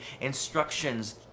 instructions